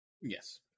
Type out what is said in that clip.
Yes